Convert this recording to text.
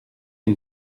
une